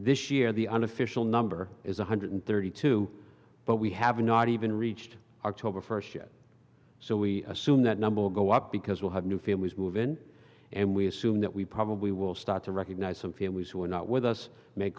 this year the unofficial number is one hundred thirty two but we have not even reached our total first yet so we assume that number will go up because we'll have new families move in and we assume that we probably will start to recognize some families who are not with us make